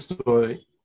story